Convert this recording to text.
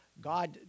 God